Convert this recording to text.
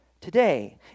today